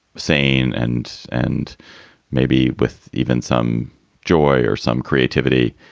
sane and and maybe with even some joy or some creativity.